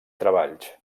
treballs